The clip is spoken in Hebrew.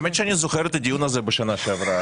האמת שאני זוכר את הדיון הזה בשנה שעברה,